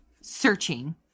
searching